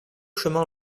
chemin